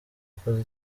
akoze